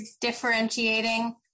differentiating